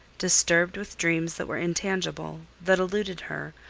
disturbed with dreams that were intangible, that eluded her,